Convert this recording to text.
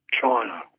China